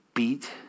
Beat